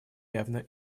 явно